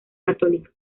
católica